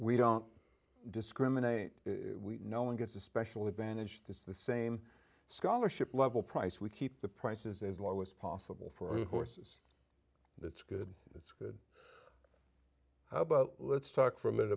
we don't discriminate no one gets a special advantage just the same scholarship level price we keep the prices as low as possible for horses and that's good that's good how about let's talk f